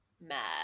mad